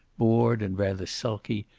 bored and rather sulky,